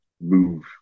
move